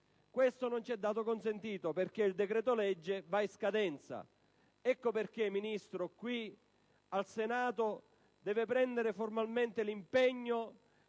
Questo non ci è stato consentito perché il decreto-legge va in scadenza. Ecco perché, Ministro, qui al Senato deve prendere formalmente l'impegno